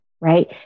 right